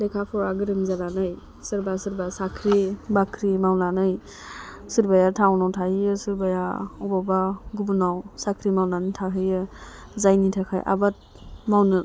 लेखा फरा गोरों जानानै सोरबा सोरबा साख्रि बाख्रि मावनानै सोरबाया टाउनाव थाहैयो सोरबाया बबावबा गुबुनाव साख्रि मावनानै थाहैयो जायनि थाखाय आबाद मावनो